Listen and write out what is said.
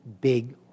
big